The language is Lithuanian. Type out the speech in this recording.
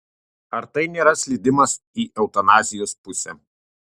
ar tai nėra slydimas į eutanazijos pusę